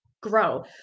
grow